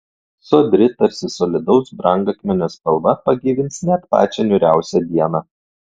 sodri tarsi solidaus brangakmenio spalva pagyvins net pačią niūriausią dieną